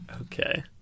Okay